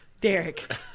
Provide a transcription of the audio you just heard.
Derek